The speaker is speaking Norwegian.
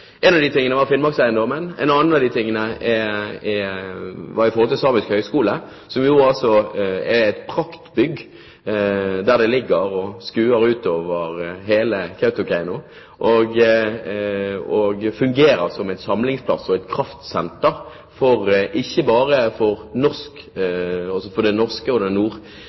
løpet av de siste årene. En av de sakene var Finnmarkseiendommen, en annen var Samisk høgskole, som er et praktbygg der det ligger og skuer utover hele Kautokeino og fungerer som en samlingsplass og et kraftsenter, ikke bare for den nordsamiske delen, men også for hele Nordkalotten. Det